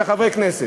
של חברי הכנסת,